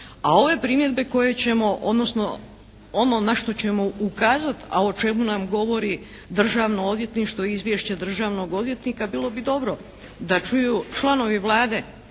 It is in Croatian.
a ove primjedbe koje ćemo, odnosno na što ćemo ukazati, a o čemu nam govori Državno odvjetništvo i izvješće državnog odvjetnika bilo bi dobro da čuju članovi Vlade